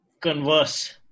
converse